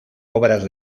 obras